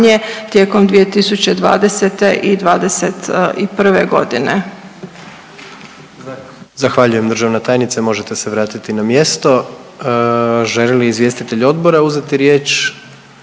Gordan (HDZ)** Zahvaljujem državna tajnice možete se vratiti na mjesto. Žele li izvjestitelji odbora uzeti riječ?